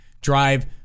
Drive